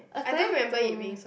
according to